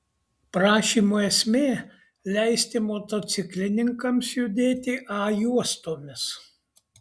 prašymo esmė leisti motociklininkams judėti a juostomis